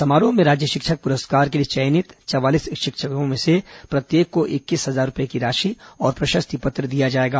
समारोह में राज्य शिक्षक पुरस्कार के लिए चयनित चवालीस शिक्षकों में से प्रत्येक को इक्कीस हजार रूपए की राशि और प्रशस्ति पत्र दिया जाएगा